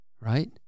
right